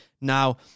now